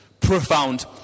Profound